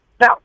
Now